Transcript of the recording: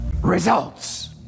results